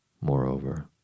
Moreover